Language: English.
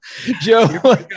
Joe